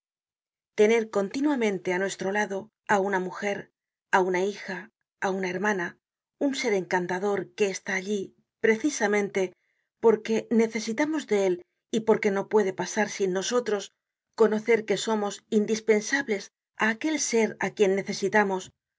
tener continuamente á nuestro lado á una mujer una hija una hermana un ser encantador que está allí precisamente porque necesitamos de él y porque no puede pasar sin nosotros conocer que somos indispensables á aquel ser á quien necesitamos